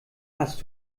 hast